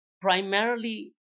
primarily